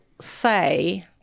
say